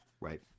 right